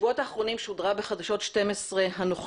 בשבועות האחרונים שודרה בחדשות 12 "הנוכלים",